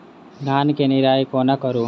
धान केँ निराई कोना करु?